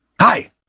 Hi